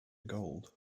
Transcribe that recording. gold